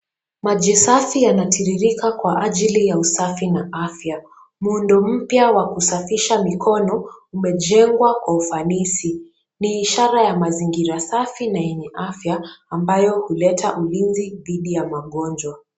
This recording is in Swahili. Maji safi yanatiririka kwa ajili ya usafi na afya. Muundo mpya wa kusafisha mikono imejengwa kwa ufanisi ni ishara ya mazingira safi na yenye afya ambayo huleta ulinzi dhidi ya magonjwa.